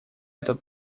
этот